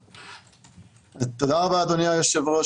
תודה רבה, אדוני היושב-ראש.